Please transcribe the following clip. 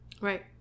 right